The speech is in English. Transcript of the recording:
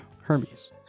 Hermes